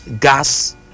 gas